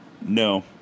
No